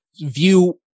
view